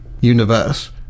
universe